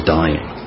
dying